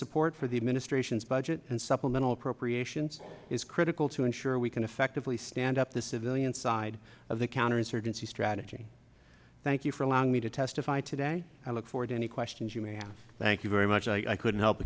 support for the administration's budget and supplemental appropriations is critical to ensure we can effectively stand up the civilian side of the counterinsurgency strategy thank you for allowing me to testify today i look forward to any questions you may have thank you very much i couldn't help